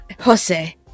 Jose